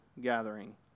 gathering